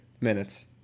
minutes